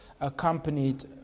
accompanied